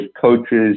coaches